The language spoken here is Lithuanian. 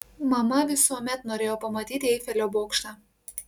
mama visuomet norėjo pamatyti eifelio bokštą